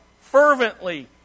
fervently